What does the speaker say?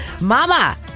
Mama